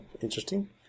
Interesting